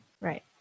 right